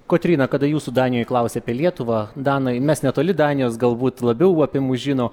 kotryna kada jūsų danijoj klausia apie lietuvą danai mes netoli danijos galbūt labiau apie mus žino